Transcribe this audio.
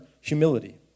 humility